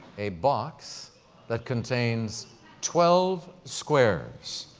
a box that contains twelve squares,